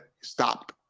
stop